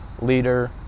leader